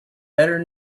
better